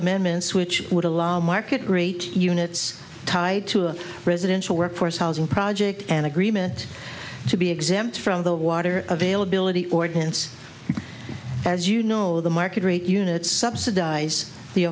amendments which would allow market rate units tied to a residential workforce housing project an agreement to be exempt from the water availability ordinance as you know the market rate units subsidize the